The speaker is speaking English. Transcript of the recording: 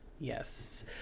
Yes